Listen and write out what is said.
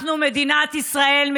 אנחנו מדינת ישראל,